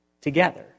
together